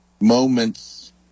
moments